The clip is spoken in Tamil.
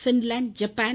Finland Japan